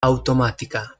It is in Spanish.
automática